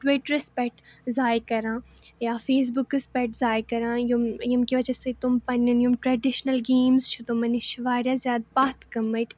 ٹُوِٹرَس پٮ۪ٹھ ضایہِ کَران یا فیس بُکَس پٮ۪ٹھ ضایہِ کَران یِم ییٚمہِ کہِ وجہ سۭتۍ تِم پنہٕ نٮ۪ن یِم ٹرٛیڈِشنَل گیمٕز چھِ تِمَن نِش چھِ واریاہ زیادٕ پَتھ گٲمٕتۍ